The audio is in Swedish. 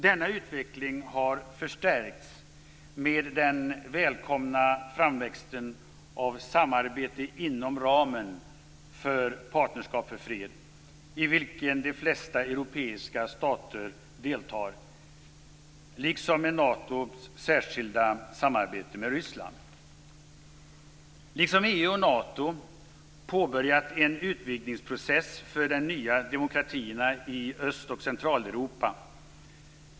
Denna utveckling har förstärkts genom den välkomna framväxten av samarbete inom ramen för Partnerskap för fred, i vilket de flesta europeiska stater deltar, genom Natos särskilda samarbete med Ryssland samt genom att EU och Nato påbörjat en utvidgningsprocess för de nya demokratierna i Öst och Centraleuropa.